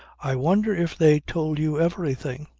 i wonder if they told you everything.